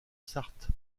sarthe